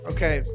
Okay